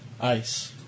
Ice